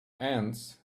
ants